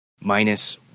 minus